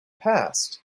passed